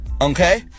Okay